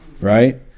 right